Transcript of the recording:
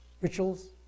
rituals